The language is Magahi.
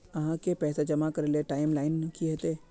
आहाँ के पैसा जमा करे ले टाइम लाइन की होते?